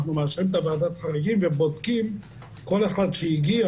אנחנו מאשרים את ועדת החריגים ובודקים כל אחד שהגיע